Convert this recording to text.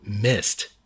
missed